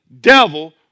devil